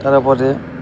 ତା'ରପରେ